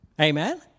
Amen